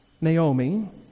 Naomi